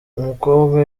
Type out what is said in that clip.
umukobwa